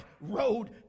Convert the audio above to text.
road